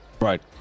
Right